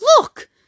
Look